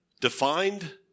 defined